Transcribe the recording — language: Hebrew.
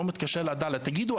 לא מתקשר לעדאללה: תגידו,